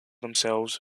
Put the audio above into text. themselves